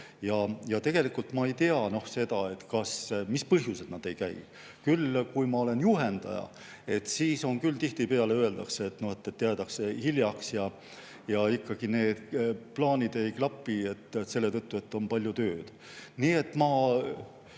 Ja tegelikult ma ei tea, mis põhjusel osa ei käi. Küll, kui ma olen juhendaja, siis tihtipeale öeldakse, et jäädakse hiljaks ja ikkagi need plaanid ei klapi selle tõttu, et on palju tööd. Aga ma,